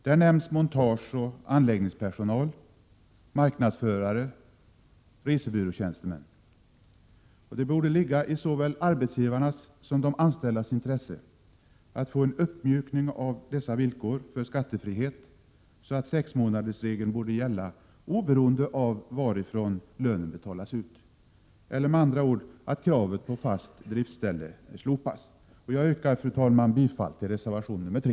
Där nämns montageoch anläggningspersonal, marknadsförare och resebyråtjänstemän. Det borde ligga i såväl arbetsgivarnas som de anställdas intresse att få en uppmjukning av villkoren för skattefrihet, så att sexmånadersregeln gäller oberoende av varifrån lönen betalas ut eller med andra ord att kravet på fast driftställe slopas. Jag yrkar, fru talman, bifall till reservation 3.